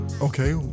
Okay